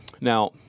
Now